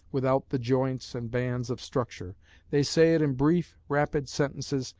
without the joints and bands of structure they say it in brief, rapid sentences,